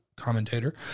commentator